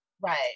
Right